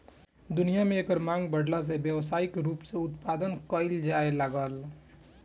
दुनिया में एकर मांग बाढ़ला से व्यावसायिक रूप से उत्पदान कईल जाए लागल